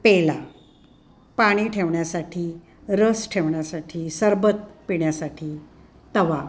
पेला पाणी ठेवण्यासाठी रस ठेवण्यासाठी सरबत पिण्यासाठी तवा